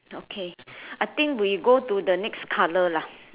okay I think we go to the next colour lah